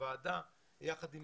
בוועדה יחד עם